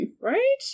Right